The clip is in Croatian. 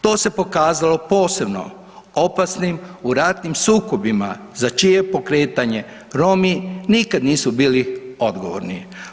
To se pokazalo posebno opasnim u ratnim sukobima za čije pokretanje Romi nikad nisu bili odgovorni.